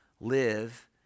live